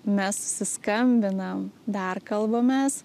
mes susiskambinam dar kalbamės